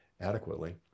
adequately